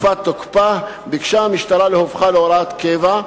תקופת תוקפה ביקשה המשטרה להופכה להוראת קבע.